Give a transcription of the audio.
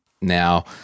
Now